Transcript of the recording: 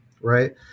right